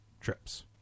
Trips